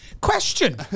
question